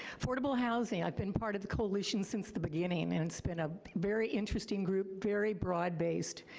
affordable housing. i've been part of the coalition since the beginning and and it's been a very interesting group, very broad-based.